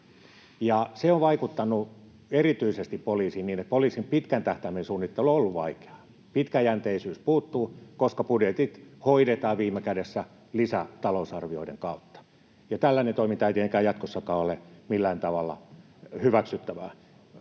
se on vaikuttanut erityisesti poliisiin niin, että poliisin pitkän tähtäimen suunnittelu on ollut vaikeaa. Pitkäjänteisyys puuttuu, koska budjetit hoidetaan viime kädessä lisätalousarvioiden kautta, ja tällainen toiminta ei tietenkään jatkossakaan ole millään tavalla hyväksyttävää.